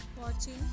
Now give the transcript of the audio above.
watching